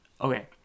okay